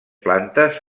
plantes